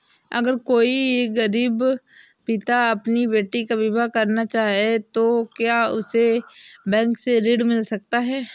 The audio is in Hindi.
अगर कोई गरीब पिता अपनी बेटी का विवाह करना चाहे तो क्या उसे बैंक से ऋण मिल सकता है?